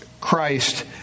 Christ